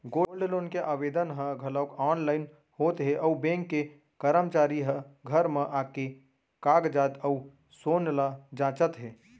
gold loan के आवेदन ह घलौक आनलाइन होत हे अउ बेंक के करमचारी ह घर म आके कागजात अउ सोन ल जांचत हे